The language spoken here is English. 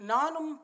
Nanum